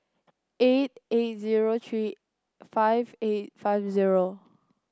eight eight zero three five eight five zero